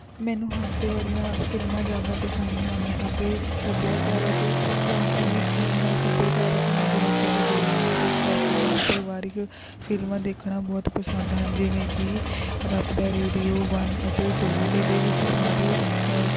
ਮੈਨੂੰ ਹਾਸੇ ਵਾਲੀਆਂ ਫਿਲਮਾਂ ਜ਼ਿਆਦਾ ਪਸੰਦ ਹਨ ਅਤੇ ਸੱਭਿਆਚਾਰਕ ਕਿਉਂਕਿ ਮੈਂ ਮੈਂ ਸੱਭਿਆਚਾਰ ਨਾਲ ਬਹੁਤ ਜ਼ਿਆਦਾ ਜੁੜੀ ਹਾਂ ਇਸ ਕਰਕੇ ਮੈਨੂੰ ਪਰਿਵਾਰਿਕ ਫਿਲਮਾਂ ਦੇਖਣਾ ਬਹੁਤ ਪਸੰਦ ਹਨ ਜਿਵੇਂ ਕਿ ਰੱਬ ਦਾ ਰੇਡੀਓ ਵੱਨ ਅਤੇ ਟੂ ਇਹਦੇ ਵਿੱਚ ਸਾਰੇ